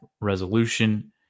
resolution